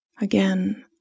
again